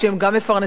הן גם מפרנסות